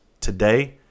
today